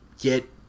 get